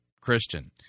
Christian